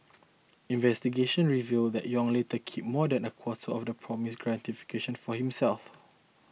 investigations revealed that Yong later kept more than a quarter of the promised gratification for himself